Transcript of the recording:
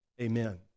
Amen